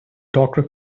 doctor